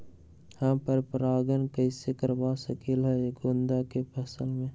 हम पर पारगन कैसे करवा सकली ह गेंदा के फसल में?